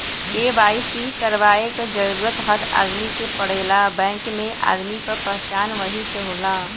KYC करवाये क जरूरत हर आदमी के पड़ेला बैंक में आदमी क पहचान वही से होला